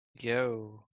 Yo